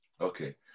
Okay